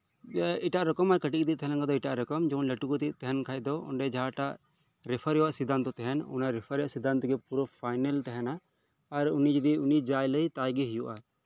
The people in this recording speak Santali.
ᱮᱴᱟᱜ ᱨᱚᱠᱚᱢᱟᱜ ᱠᱟᱹᱴᱤᱡ ᱠᱟᱹᱴᱤᱡ ᱛᱟᱦᱮᱸ ᱞᱮᱱᱠᱷᱟᱱ ᱫᱚ ᱮᱴᱟᱜ ᱨᱚᱠᱚᱢ ᱞᱟᱹᱴᱩ ᱠᱟᱛᱮᱫ ᱛᱟᱦᱮᱸ ᱞᱮᱱᱠᱷᱟᱱ ᱫᱚ ᱚᱸᱰᱮ ᱡᱟᱦᱟᱸᱴᱟᱜ ᱨᱮᱯᱷᱟᱨᱤᱭᱟᱥ ᱥᱤᱫᱽᱫᱷᱟᱱᱛᱚ ᱛᱟᱦᱮᱱ ᱚᱱᱟ ᱨᱮᱯᱷᱟᱨᱮᱱᱥ ᱨᱮᱭᱟᱜ ᱥᱤᱫᱽᱫᱷᱟᱱᱛᱚ ᱜᱮ ᱯᱩᱨᱟᱹ ᱯᱷᱟᱭᱱᱮᱞ ᱛᱟᱦᱮᱸᱫᱟ ᱟᱨ ᱩᱱᱤ ᱡᱚᱫᱤ ᱡᱟᱭ ᱞᱟᱹᱭ ᱛᱟᱭᱜᱮ ᱦᱳᱭᱳᱜᱼᱟ